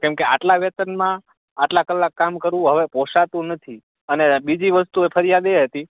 કેમ કે એટલા વેતનમાં આટલા કલાક કામ કરવું પોસાતું નથી અને બીજી વસ્તુ ફરિયાદ એ હતી